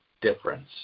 difference